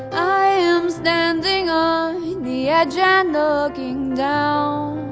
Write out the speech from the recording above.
i am standing on the edge and looking down